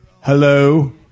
Hello